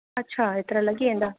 अच्छा हेतिरा लॻी वेंदा